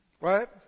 Right